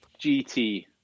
gt